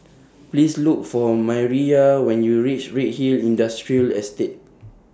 Please Look For Mireya when YOU REACH Redhill Industrial Estate